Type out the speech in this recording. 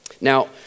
now